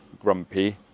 Grumpy